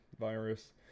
virus